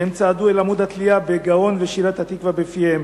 הם צעדו אל עמוד התלייה בגאון ושירת "התקווה" בפיהם.